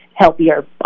healthier